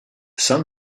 sun